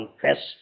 confess